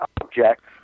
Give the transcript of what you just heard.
objects